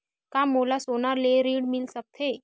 का मोला सोना ले ऋण मिल सकथे?